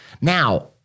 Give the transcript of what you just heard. Now